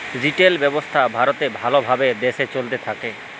retail ব্যবসা ভারতে ভাল ভাবে দেশে চলতে থাক্যে